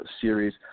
series